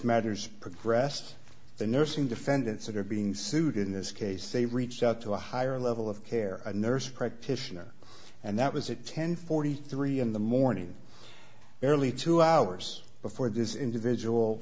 matters progressed the nursing defendants that are being sued in this case they reached out to a higher level of care nurse practitioner and that was at ten forty three in the morning nearly two hours before this individual